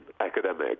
academic